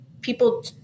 people